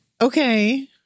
Okay